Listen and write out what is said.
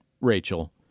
Rachel